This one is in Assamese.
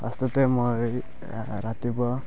ফাৰ্ষ্টতে মই ৰা ৰাতিপুৱা